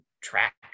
track